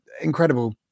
incredible